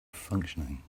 functioning